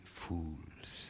fools